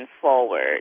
forward